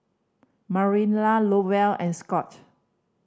Mariela Lowell and Scott